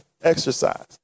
exercise